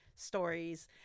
Stories